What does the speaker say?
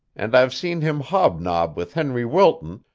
and i've seen him hobnob with henry wilton,